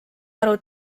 aru